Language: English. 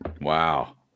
Wow